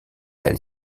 elle